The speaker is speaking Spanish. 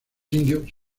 indios